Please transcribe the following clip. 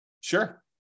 sure